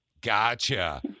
Gotcha